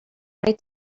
many